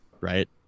right